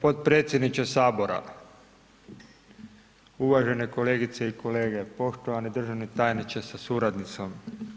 potpredsjedniče Sabora, uvažene kolegice i kolege, poštovani državni tajniče sa suradnicom.